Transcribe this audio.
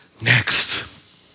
next